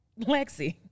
Lexi